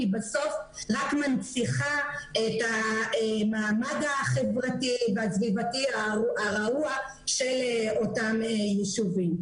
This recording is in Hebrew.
בסוף היא רק מנציחה את המעמד החברתי והסביבתי הרעוע של אותם ישובים.